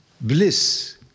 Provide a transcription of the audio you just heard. bliss